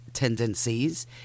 tendencies